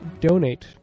donate